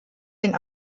den